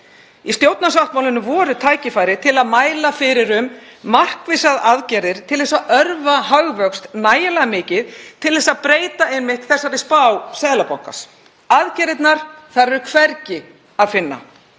Í stjórnarsáttmálanum voru tækifæri til að mæla fyrir um markvissar aðgerðir til að örva hagvöxt nægilega mikið til að breyta einmitt þessari spá Seðlabankans. Aðgerðirnar er hvergi að finna.